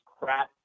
crap